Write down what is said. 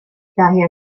daher